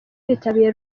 bitabiriye